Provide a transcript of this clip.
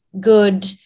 good